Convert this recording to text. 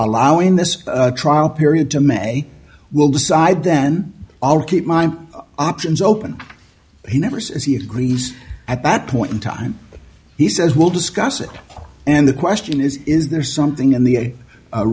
law in this trial period to may will decide then all keep my options open he never says he agrees at that point in time he says we'll discuss it and the question is is there something in the